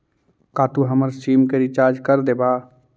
का तू हमर सिम के रिचार्ज कर देबा